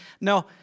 No